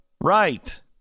Right